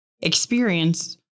experience